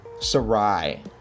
Sarai